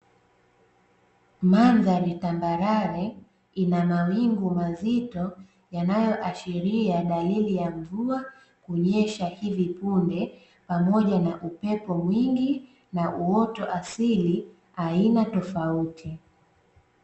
Mandhari tambarare, ina mawingu mazito yanayoashiria dalili ya mvua kunyesha hivi punde, pamoja na upepo mwingi na uoto asili aina tofauti.